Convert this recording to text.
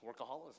workaholism